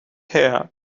here